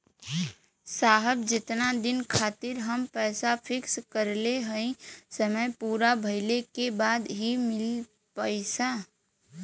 साहब जेतना दिन खातिर हम पैसा फिक्स करले हई समय पूरा भइले के बाद ही मिली पैसा?